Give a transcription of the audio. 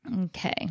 Okay